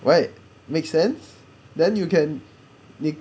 right make sense then you can